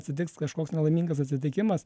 atsitiks kažkoks nelaimingas atsitikimas